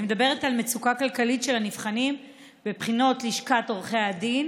אני מדברת על המצוקה הכלכלית של הנבחנים בבחינות לשכת עורכי הדין